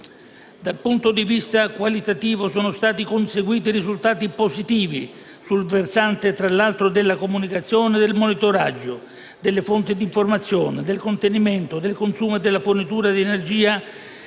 Dal punto di vista qualitativo sono stati conseguiti risultati positivi sul versante, tra l'altro, della comunicazione e del monitoraggio delle fonti di informazione; del contenimento, del consumo e della fornitura di energia